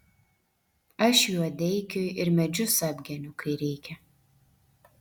aš juodeikiui ir medžius apgeniu kai reikia